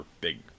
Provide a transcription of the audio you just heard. big